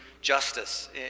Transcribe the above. justice